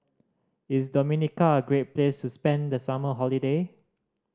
is Dominica a great place to spend the summer holiday